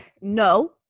No